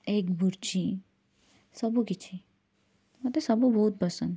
egg bhurji ସବୁ କିଛି ମତେ ସବୁ ବହୁତ ପସନ୍ଦ